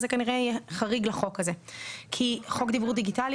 זה כנראה יהיה חריג לחוק הזה כי חוק דיוור דיגיטלי